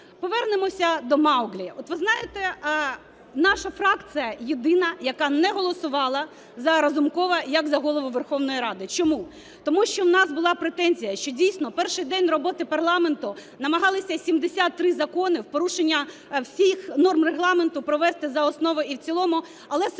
Повернемося до Мауглі. От ви знаєте, наша фракція, єдина, яка не голосувала за Разумкова як за Голову Верховної Ради. Чому? Тому що в нас була претензія, що дійсно перший день роботи парламенту намагалися 73 закони, в порушення всіх норм Регламенту, провести за основу і в цілому. Але символічно